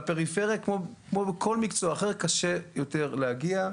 ולפריפריה, כמו בכל מקצוע אחר, קשה יותר להגיע,